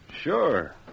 Sure